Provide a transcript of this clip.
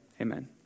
Amen